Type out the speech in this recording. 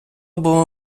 було